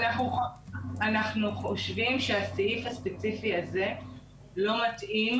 אנחנו חושבים שהסעיף הספציפי הזה לא מתאים